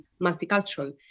multicultural